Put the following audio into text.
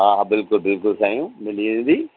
हा हा बिल्कुलु बिल्कुलु साईं मिली वेंदी